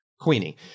Queenie